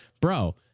Bro